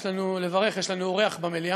יש לנו אורח במליאה,